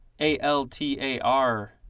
A-L-T-A-R